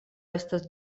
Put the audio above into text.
estas